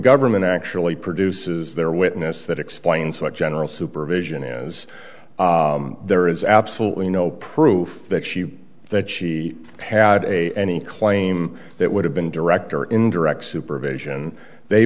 government actually produces their witness that explains what general supervision is there is absolutely no proof that she that she had a any claim that would have been direct or indirect supervision they